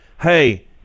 hey